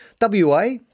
WA